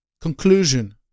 conclusion